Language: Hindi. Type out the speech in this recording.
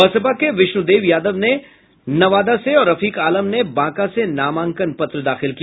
बसपा के विष्णु देव यादव ने नवादा से और रफीक आलम ने बांका से नामांकन पत्र दाखिल किया